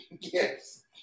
Yes